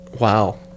wow